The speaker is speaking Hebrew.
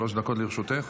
שלוש דקות לרשותך.